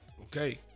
Okay